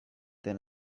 than